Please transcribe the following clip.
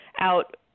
out